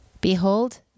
Behold